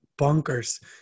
bonkers